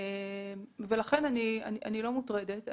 לכן אני לא מוטרדת.